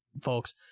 folks